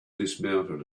dismounted